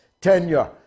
tenure